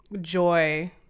joy